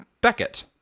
Beckett